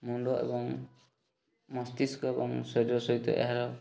ମୁଣ୍ଡ ଏବଂ ମସ୍ତିଷ୍କ ଏବଂ ଶରୀର ସହିତ ଏହାର